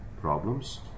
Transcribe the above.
problems